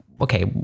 okay